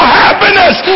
happiness